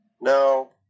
No